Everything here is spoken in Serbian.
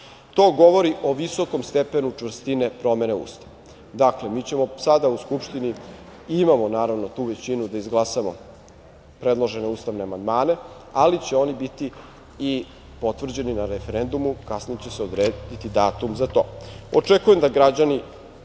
To govori o visokom stepenu čvrstine promene Ustava. Dakle, mi ćemo sada u Skupštini, i imamo naravno tu većinu, da izglasamo predložene ustavne amandmane, ali će oni biti i potvrđeni na referendumu. Kasnije će se odrediti datum za to. Očekujem da građani